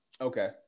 Okay